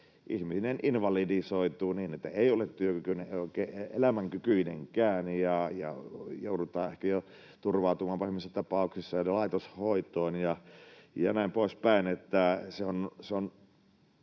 että ihminen invalidisoituu niin, että ei ole työkykyinen, ei oikein elämänkykyinenkään ja joudutaan ehkä turvautumaan pahimmassa tapauksessa jo laitoshoitoon ja näin poispäin.